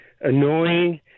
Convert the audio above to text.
annoying